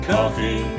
Coffee